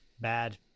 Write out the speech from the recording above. bad